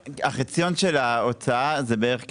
החציון של ההוצאה זה בערך כ-35%,